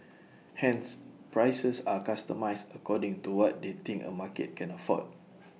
hence prices are customised according to what they think A market can afford